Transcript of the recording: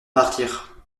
partir